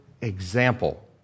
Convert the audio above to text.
example